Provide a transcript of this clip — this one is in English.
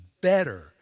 better